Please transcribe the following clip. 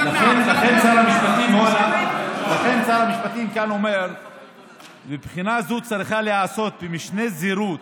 לכן שר המשפטים כאן אומר שבחינה זו צריכה להיעשות במשנה זהירות,